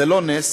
זה לא נס.